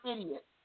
idiot